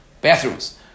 bathrooms